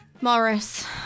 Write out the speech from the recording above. Morris